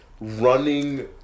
running